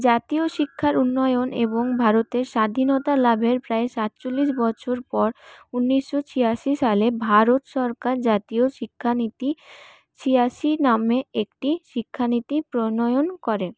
জাতীয় শিক্ষার উন্নয়ন এবং ভারতের স্বাধীনতা লাভের প্রায় সাতচল্লিশ বছর পর উনিশশো ছিয়াশি সালে ভারত সরকার জাতীয় শিক্ষা নীতি ছিয়াশি নামে একটি শিক্ষানীতি প্রণয়ন করে